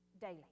daily